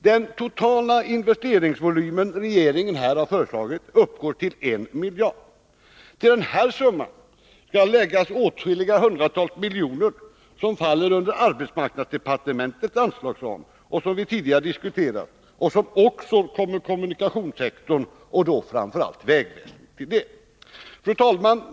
Den totala investeringsvolym som regeringen här har föreslagit uppgår till 1 miljard. Till denna summa skall läggas åtskilliga hundratal miljoner som faller inom arbetsmarknadsdepartementets anslagsram — vilket vi tidigare diskuterat — och som också kommer kommunikationssektorn och då framför allt vägväsendet till del. Fru talman!